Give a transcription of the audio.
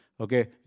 Okay